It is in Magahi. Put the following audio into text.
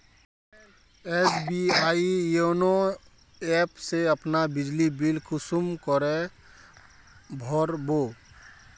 एस.बी.आई योनो ऐप से अपना बिजली बिल कुंसम करे भर बो?